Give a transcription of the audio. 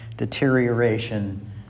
deterioration